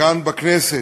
כאן בכנסת.